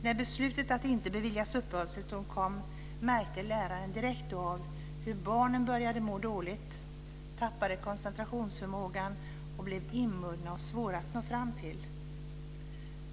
När beslutet att de inte beviljats uppehållstillstånd kom märkte läraren direkt hur barnen började må dåligt, tappade koncentrationsförmågan och blev inbundna och svåra att nå fram till.